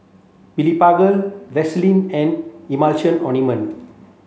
Blephagel Vaselin and Emulsying Ointment